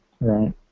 Right